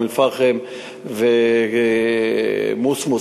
אום-אלפחם ומוסמוס.